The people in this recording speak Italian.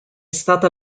stata